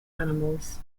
animals